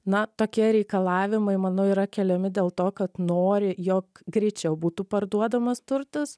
na tokie reikalavimai manau yra keliami dėl to kad nori jog greičiau būtų parduodamas turtas